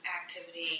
activity